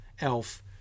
elf